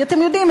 אתם יודעים,